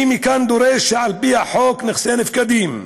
אני מכאן דורש שעל פי חוק נכסי נפקדים,